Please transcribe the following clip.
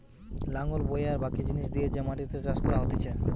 লাঙল বয়ে আর বাকি জিনিস দিয়ে যে মাটিতে চাষ করা হতিছে